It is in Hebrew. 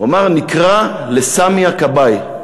הוא אמר: נקרא לסמי הכבאי.